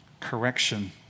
Correction